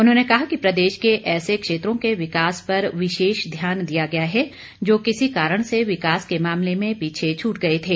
उन्होंने कहा कि प्रदेश के ऐसे क्षेत्रों के विकास पर विशेष ध्यान दिया गया है जो किसी कारण से विकास के मामले में पीछे छूट गए थे